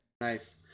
Nice